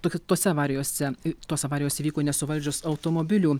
tich tose avarijose tos avarijos įvyko nesuvaldžius automobilių